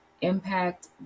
impact